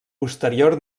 posterior